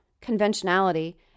conventionality